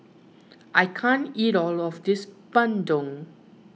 I can't eat all of this bandung